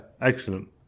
excellent